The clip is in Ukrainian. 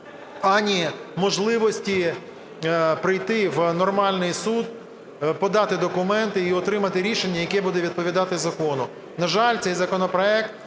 ані можливості прийти в нормальний суд, подати документи і отримати рішення, яке буде відповідати закону. На жаль, цей законопроект